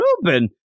Ruben